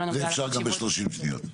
את זה אפשר גם ב-30 שניות.